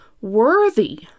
worthy